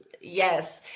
Yes